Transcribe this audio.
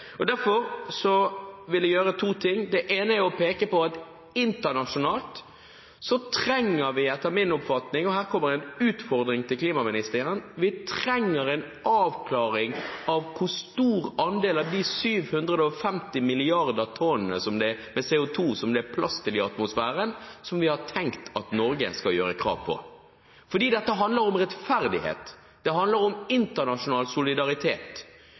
Derfor vil jeg gjøre følgende: Jeg vil peke på at internasjonalt trenger vi etter min oppfatning – og her kommer en utfordring til klimaministeren – en avklaring av hvor stor andel av de 750 mrd. tonn med CO2 som det er plass til i atmosfæren som det er tenkt at Norge skal gjøre krav på. For dette handler om rettferdighet. Det handler om internasjonal solidaritet.